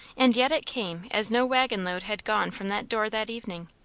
and yet it came as no waggon load had gone from that door that evening.